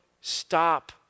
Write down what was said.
stop